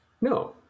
No